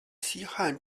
西汉